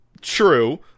True